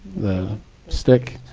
the stick,